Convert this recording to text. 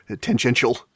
tangential